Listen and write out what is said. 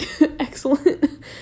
excellent